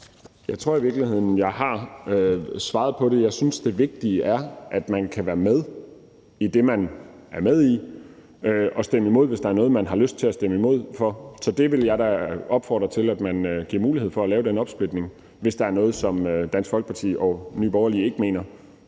Jeg tror i virkeligheden, jeg har svaret på det. Jeg synes, det vigtige er, at man kan være med i det, som man er med i, og stemme imod, hvis der er noget, som man har lyst til at stemme imod. Så jeg vil da opfordre til, at man giver mulighed for at lave den opsplitning, hvis der er noget, som Dansk Folkeparti og Nye Borgerlige ikke mener